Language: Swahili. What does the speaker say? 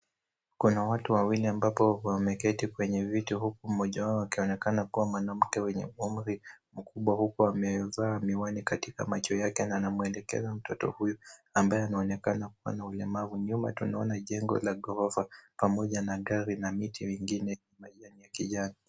Kuna watu wawili amabapo wameketi kwenye viti huku mmoja wao akionekana kuwa mwanamke mwenye umri mkubwa huku amevaa miwani katika macho yake na anamwelekeza mtoto huyu ambaye anaonekana kuwa na ulemavu, nyuma tunaona jengo la ghorofa pamoja na gari na miti mingine ambayo ni ya kijani.